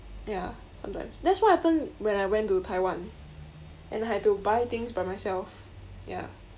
ya sometimes that's what happened when I went to taiwan and I had to buy things by myself ya